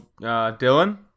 Dylan